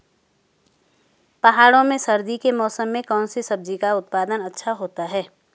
पहाड़ों में सर्दी के मौसम में कौन सी सब्जी का उत्पादन अच्छा होता है?